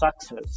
success